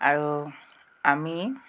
আৰু আমি